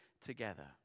together